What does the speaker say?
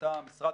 שבמסגרתה המשרד,